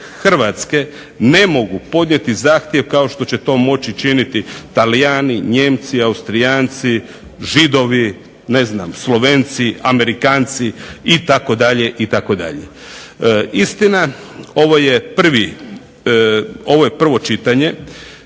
Hrvatske ne mogu podnijeti zahtjev kao što će to moći činiti Talijani, Nijemci, Austrijanci, Židovi, ne znam Slovenci, Amerikanci itd., itd. Istina ovo je prvo čitanje,